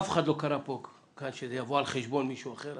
אף אחד לא אמר שזה יבוא על חשבון מישהו אחר.